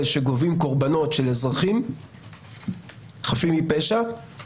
שגובים קורבנות של אזרחים חפים מפשע הם